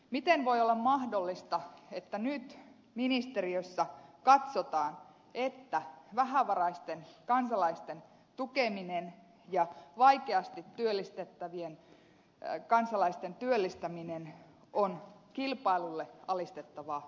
miten voi olla mahdollista että nyt ministeriössä katsotaan että vähävaraisten kansalaisten tukeminen ja vaikeasti työllistettävien kansalaisten työllistäminen on kilpailulle alistettavaa toimintaa